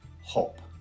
hop